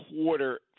quarter